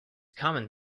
common